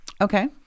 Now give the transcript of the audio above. Okay